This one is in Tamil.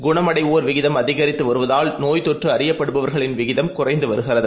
குணம்அடைவோர்விகிதம்அதிகரித்துவருவதால் நோய்தொற்றுஅறியப்படுபவர்களின்விகிதம்குறைந்துவருகிறது